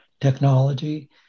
technology